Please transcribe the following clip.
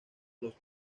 los